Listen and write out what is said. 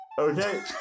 Okay